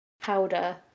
powder